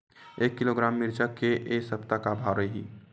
एक किलोग्राम मिरचा के ए सप्ता का भाव रहि?